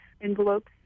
envelopes